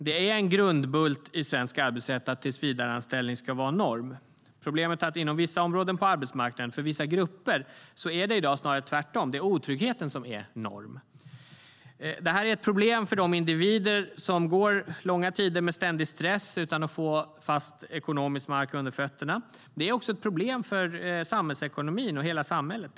Det är en grundbult i svensk arbetsrätt att tillsvidareanställning ska vara norm. Problemet är att inom vissa områden på arbetsmarknaden och för vissa grupper är det i dag snarare tvärtom - det är otryggheten som är norm. Det här är ett problem för de individer som går långa tider med ständig stress utan att få fast ekonomisk mark under fötterna. Men det är också ett problem för samhällsekonomin och hela samhället.